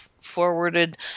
forwarded